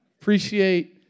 Appreciate